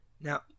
now